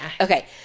Okay